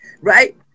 right